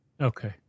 Okay